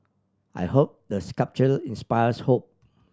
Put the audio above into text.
I hope the sculpture inspires hope